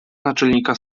naczelnika